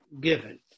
given